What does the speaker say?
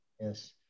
Yes